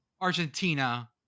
Argentina